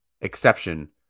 exception